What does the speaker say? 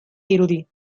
dirudi